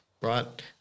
right